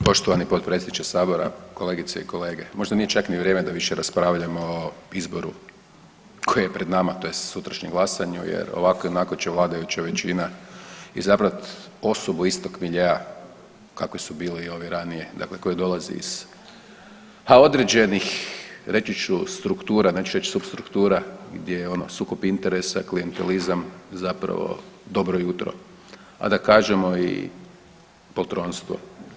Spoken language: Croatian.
Poštovani potpredsjedniče sabora, kolegice i kolege, možda nije čak ni vrijeme da više raspravljamo o izboru koji je pred nama tj. sutrašnjem glasanju jer ovako i onako će vladajuća većina izabrat osobu istog miljea kakvi su bili i ovi ranije, dakle koji dolaze iz određenih a reći ću struktura neću reći substruktura gdje je ono sukob interesa, klijentelizam zapravo dobro jutro, a da kažemo i poltronstvo.